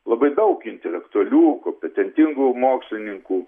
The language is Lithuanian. labai daug intelektualių kompetentingų mokslininkų